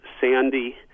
Sandy